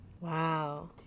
Wow